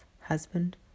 husband